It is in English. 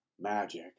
Magic